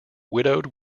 widowed